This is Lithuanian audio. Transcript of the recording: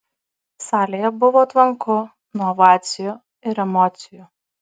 salėje buvo tvanku nuo ovacijų ir emocijų